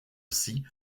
psy